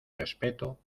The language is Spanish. respeto